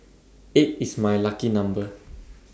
eight is my lucky number